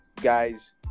guys